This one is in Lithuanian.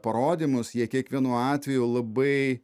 parodymus jie kiekvienu atveju labai